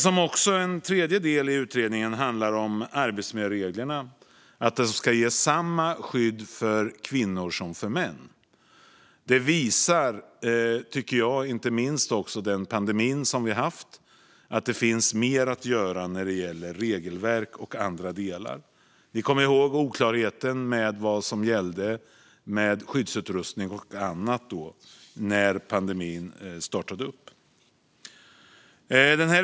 Ytterligare en del i utredningen handlar om arbetsmiljöreglerna. De ska ge samma skydd för kvinnor som för män. Inte minst pandemin har visat att mer finns att göra i regelverk och andra delar. Vi kommer ihåg oklarheten om vad som gällde med skyddsutrustning och annat i början av pandemin.